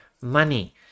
money